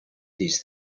these